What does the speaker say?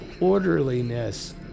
Orderliness